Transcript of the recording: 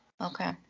okay